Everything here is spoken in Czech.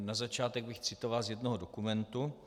Na začátek bych citoval z jednoho dokumentu: